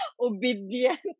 Obedient